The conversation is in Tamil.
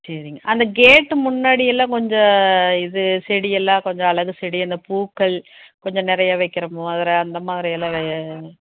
சரிங்க அந்த கேட்டு முன்னாடியெல்லாம் கொஞ்சம் இது செடியெல்லாம் கொஞ்சம் அழகு செடி அந்த பூக்கள் கொஞ்சம் நிறைய வைக்கிற மாதிரி அந்தமாதிரி எல்லாம் வை